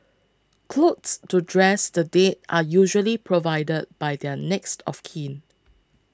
clothes to dress the dead are usually provided by their next of kin